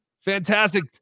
fantastic